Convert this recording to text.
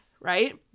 right